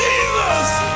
Jesus